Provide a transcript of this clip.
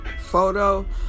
photo